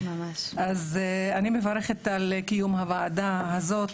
אז אני מברכת על קיום הוועדה הזאת,